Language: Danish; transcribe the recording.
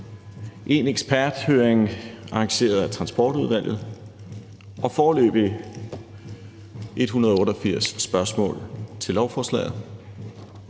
én eksperthøring arrangeret af Transportudvalget og foreløbig 188 spørgsmål til lovforslaget.